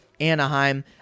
Anaheim